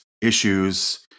issues